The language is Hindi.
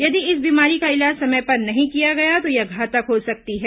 यदि इस बीमारी का इलाज समय पर नहीं किया गया तो यह घातक हो सकती है